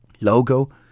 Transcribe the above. logo